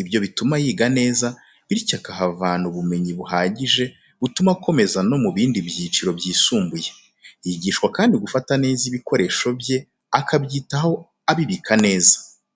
ibyo bituma yiga neza, bityo akahavana ubumenyi buhagije butuma akomeza no mu bindi byiciro byisumbuye. Yigishwa kandi gufata neza ibikoresho bye akabyitaho akabibika neza.